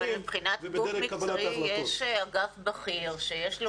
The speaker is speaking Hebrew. אבל מבחינת גוף מקצועי יש אגף בכיר שיש לו